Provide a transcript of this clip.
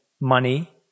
money